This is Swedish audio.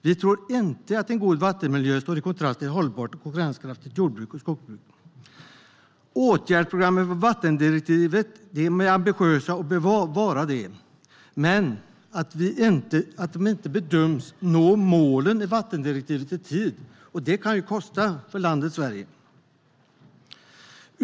Vi tror inte att en god vattenmiljö står i kontrast till ett hållbart och konkurrenskraftigt jord och skogsbruk. Åtgärdsprogrammen för vattendirektivet är ambitiösa och behöver vara det i och med att vi inte bedöms nå målen i vattendirektivet i tid. Det kan kosta för landet Sverige.